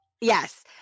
Yes